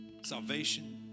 Salvation